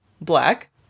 black